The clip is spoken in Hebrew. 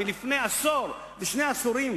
לפני עשור ושני עשורים,